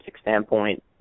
standpoint